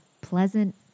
Pleasant